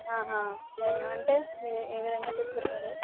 ఆహా ఏమంటే ఏ విధంగా చెప్తున్నారు